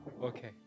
Okay